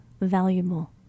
valuable